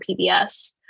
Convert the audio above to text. PBS